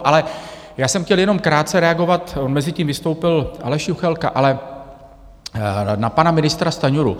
Ale já jsem chtěl jenom krátce reagovat mezitím vystoupil Aleš Juchelka ale na pana ministra Stanjuru.